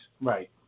Right